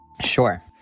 Sure